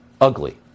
ugly